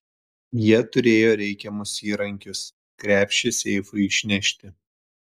jie turėjo reikiamus įrankius krepšį seifui išnešti